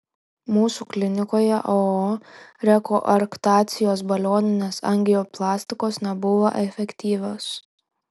mūsų klinikoje ao rekoarktacijos balioninės angioplastikos nebuvo efektyvios